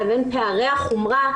לבין פערי החומרה,